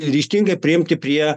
ryžtingai priimti prie